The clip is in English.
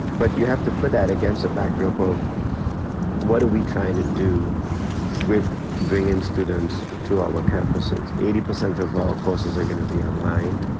but you have to put that against the backdrop of what are we trying to do with bringing students to our campuses. eighty percent of our courses are gonna be online.